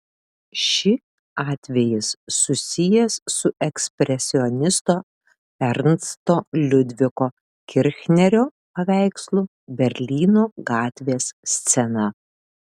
ši atvejis susijęs su ekspresionisto ernsto liudviko kirchnerio paveikslu berlyno gatvės scena